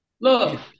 Look